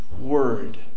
Word